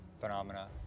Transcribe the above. phenomena